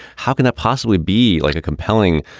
how can that possibly be like a compelling,